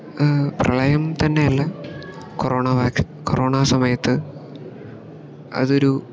പ്രളയം തന്നെയല്ല കൊറോണ വാക് കൊറോണാ സമയത്ത് അതൊരു